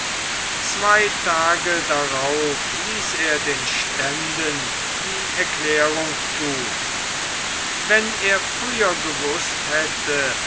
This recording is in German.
zwei tage darauf ließ er den ständen die erklärung thun wenn er früher gewußt hätte